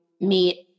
meet